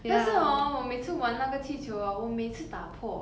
但是 orh 我每次玩那个气球 orh 我每次打破